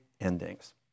endings